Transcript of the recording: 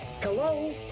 Hello